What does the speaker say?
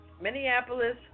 Minneapolis